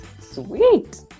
sweet